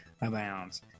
Abounds